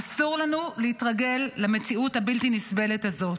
אסור לנו להתרגל למציאות הבלתי-נסבלת הזאת.